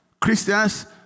Christians